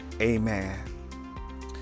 Amen